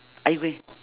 I will